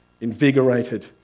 invigorated